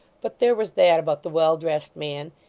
but there was that about the well-dressed man,